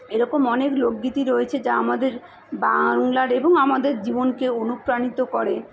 এরকম অনেক লোকগীতি রয়েছে যা আমাদের বাংলার এবং আমাদের জীবনকে অনুপ্রাণিত করে